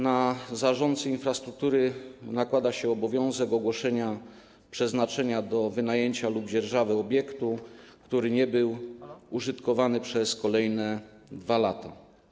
Na zarządcę infrastruktury nakłada się obowiązek ogłoszenia przeznaczenia do wynajęcia lub dzierżawy obiektu, który nie był użytkowany przez kolejne 2 lata.